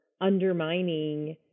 undermining